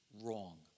wrong